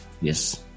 yes